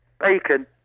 bacon